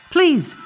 Please